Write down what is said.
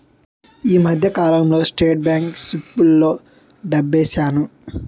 ఈ మధ్యకాలంలో state bank సిప్పుల్లో డబ్బేశాను